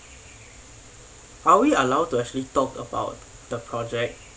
are we allowed to actually talk about the project